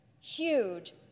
Huge